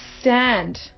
stand